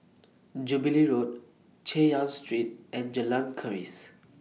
Jubilee Road Chay Yan Street and Jalan Keris